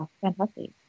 Fantastic